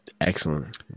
excellent